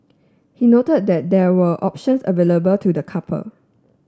he noted that there were options available to the couple